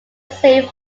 save